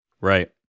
Right